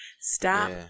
Stop